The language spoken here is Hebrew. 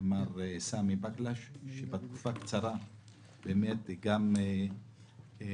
מר סמי בקלש, שבתקופה קצרה היה לנו לעזר.